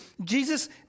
Jesus